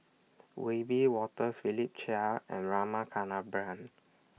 Wiebe Wolters Philip Chia and Rama Kannabiran